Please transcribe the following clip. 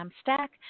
stack